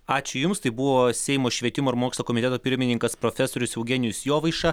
ačiū jums tai buvo seimo švietimo ir mokslo komiteto pirmininkas profesorius eugenijus jovaiša